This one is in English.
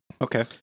Okay